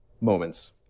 moments